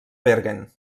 bergen